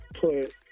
put